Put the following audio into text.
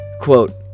Quote